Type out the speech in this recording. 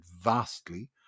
vastly